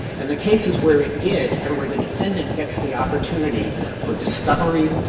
and the cases where it did and where the defendant gets the opportunity for discovery,